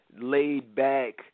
laid-back